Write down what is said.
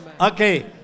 Okay